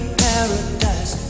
paradise